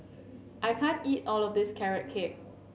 I can't eat all of this Carrot Cake